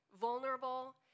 vulnerable